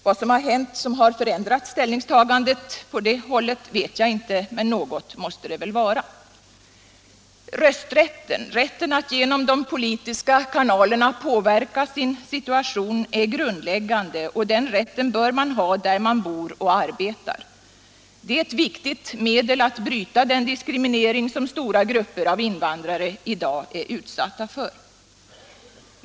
Vad som förändrat ställningstagandet på det hållet vet jag inte, men något måste det väl vara. Rösträtten — rätten att genom de politiska kanalerna påverka sin situation — är grundläggande, och den rätten bör man ha där man bor och arbetar. Det är ett viktigt medel för att bryta den diskriminering som stora grupper av invandrare i dag är utsatta för.